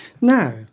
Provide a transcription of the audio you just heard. Now